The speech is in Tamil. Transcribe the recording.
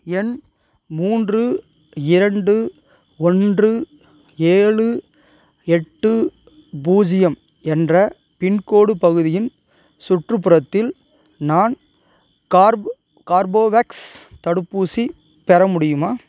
எண் மூன்று இரண்டு ஒன்று ஏழு எட்டு பூஜ்ஜியம் என்ற பின்கோடு பகுதியின் சுற்றுப்புறத்தில் நான் கார்போவேக்ஸ் தடுப்பூசி பெற முடியுமா